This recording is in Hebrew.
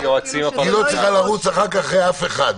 היא לא רוצה לרוץ אחר כך אחרי אף אחד.